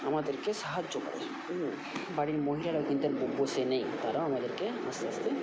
আমাদেরকে সাহায্য করে বাড়ির মহিলারা কিন্তু আর বসে নেই তারাও আমাদেরকে আস্তে আস্তে